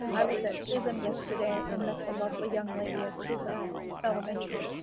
i was at chisholm yesterday and met the lovely young lady at chisholm elementary,